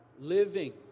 Living